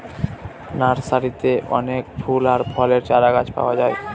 নার্সারিতে অনেক ফুল আর ফলের চারাগাছ পাওয়া যায়